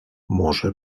może